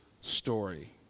story